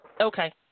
Okay